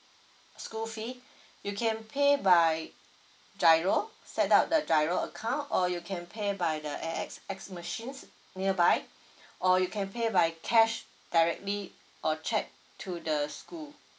school fee you can pay by giro set up the giro account or you can pay by the A_X_S machines nearby or you can pay by cash directly or cheque to the school